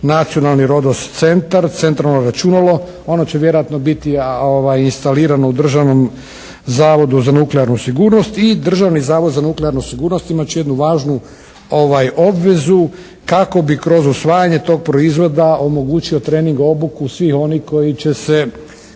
nacionalni RODOS centar, centralno računalo. Ono će vjerojatno biti instalirano u Državnom zavodu za nuklearnu sigurnost i Državni zavod za nuklearnu sigurnost imat će jednu važnu obvezu kako bi kroz usvajanje tog proizvoda omogućio trening obuku svih onih koji će se